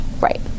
Right